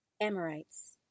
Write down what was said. Amorites